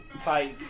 type